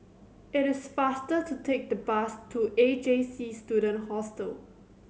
it is faster to take the bus to A J C Student Hostel